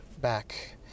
back